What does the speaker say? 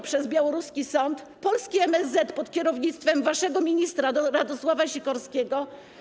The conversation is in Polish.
przez białoruski sąd polski MSZ pod kierownictwem waszego ministra Radosława Sikorskiego.